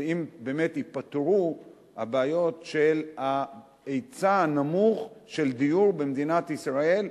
זה אם באמת ייפתרו הבעיות של ההיצע הנמוך של דיור במדינת ישראל.